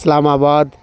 Islamabad